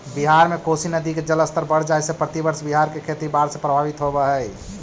बिहार में कोसी नदी के जलस्तर बढ़ जाए से प्रतिवर्ष बिहार के खेती बाढ़ से प्रभावित होवऽ हई